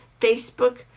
Facebook